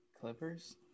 Clippers